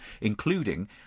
including